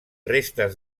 restes